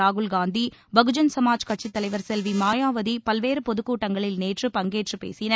ராகுல்காந்தி பகுஜள் சமாஜ் கட்சித் தலைவர் செல்வி மாயாவதி பல்வேறு பொதுக்கூட்டங்களில் நேற்று பிரச்சாரம் செய்தனர்